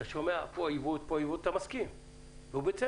אתה שומע, פה עיוות, פה עיוות, אתה מסכים, ובצדק.